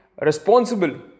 responsible